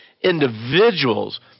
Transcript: individuals